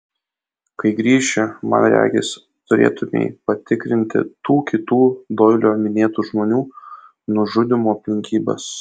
kai grįši man regis turėtumei patikrinti tų kitų doilio minėtų žmonių nužudymo aplinkybes